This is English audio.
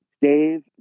dave